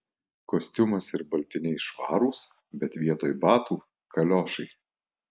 kostiumas ir baltiniai švarūs bet vietoj batų kaliošai